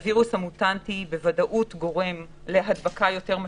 הווירוס המוטנטי בוודאות גורם להדבקה יותר משמעותית.